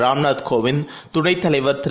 ராம்நாத்கோவிந் த் துணைதலைவர்திரு